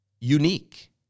unique